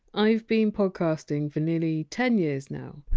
i've been podcasting for nearly ten years now,